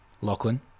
Lachlan